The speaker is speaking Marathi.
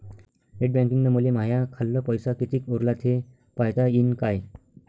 नेट बँकिंगनं मले माह्या खाल्ल पैसा कितीक उरला थे पायता यीन काय?